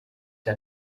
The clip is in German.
der